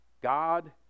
God